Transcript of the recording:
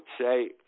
say